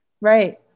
right